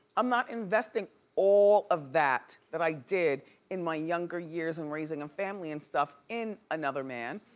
i'm not investing all of that that i did in my younger years and raising a family and stuff, in another man.